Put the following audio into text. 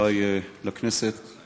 חברי לכנסת,